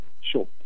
sure